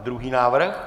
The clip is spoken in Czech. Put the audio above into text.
Druhý návrh?